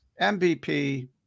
MVP